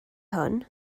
hwn